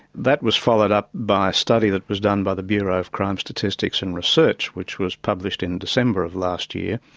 that was followed up by a study that was done by the bureau of crime statistics and research which was published in december of last year,